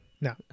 No